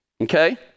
okay